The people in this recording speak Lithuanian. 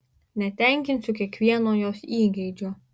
netenkinsiu kiekvieno jos įgeidžio